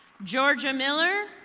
georgia miller